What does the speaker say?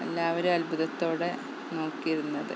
എല്ലാവരും അത്ഭുതത്തോടെ നോക്കിയിരുന്നത്